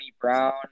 Brown